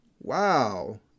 Wow